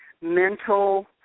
mental